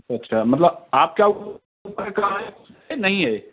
अच्छा मतलब आपका का नहीं है